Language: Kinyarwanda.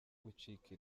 gucika